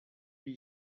wie